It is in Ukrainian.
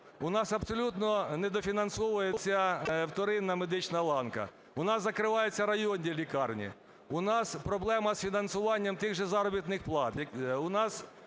у нас абсолютно недофінансовується вторинна медична ланка. У нас закриваються районні лікарні. У нас проблема з фінансування тих же заробітних плат.